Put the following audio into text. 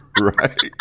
right